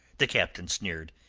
the captain sneered.